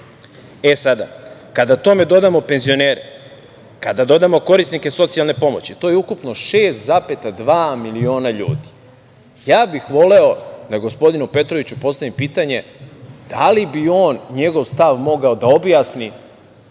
građana. Kada tome dodamo penzionere, kada dodamo korisnike socijalne pomoći, to je ukupno 6,2 miliona ljudi. Voleo bih da gospodinu Petroviću postavim pitanje da li bi on, njegov stav mogao da objasni